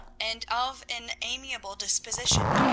and of an amiable disposition,